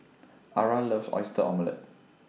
Ara loves Oyster Omelette